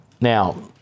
Now